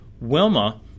Wilma